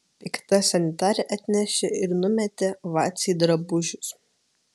pikta sanitarė atnešė ir numetė vacei drabužius